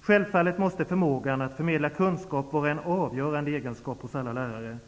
''Självfallet måste förmågan att förmedla kunskap vara en avgörande egenskap hos alla lärare.